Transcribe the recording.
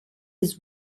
his